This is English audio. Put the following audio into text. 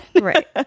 Right